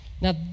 Now